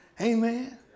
Amen